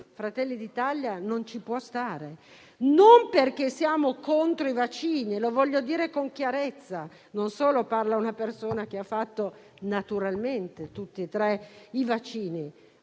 Fratelli d'Italia non ci può stare e non perché siamo contro i vaccini; voglio dirlo con chiarezza. Non solo parla una persona che ha fatto naturalmente tutte e tre le dosi